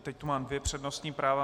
Teď tu mám dvě přednostní práva.